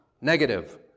negative